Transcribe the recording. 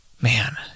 Man